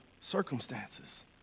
circumstances